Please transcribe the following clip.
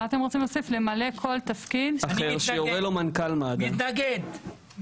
אני מתנגד, מתנגד.